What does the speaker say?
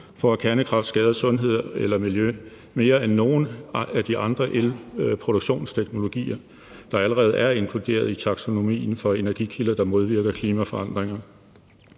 for, at kernekraft skader sundhed eller miljø mere end nogen af de andre elproduktionsteknologier, der allerede er inkluderet i taksonomien for energikilder, der modvirker klimaforandringer.